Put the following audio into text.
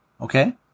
Okay